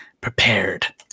prepared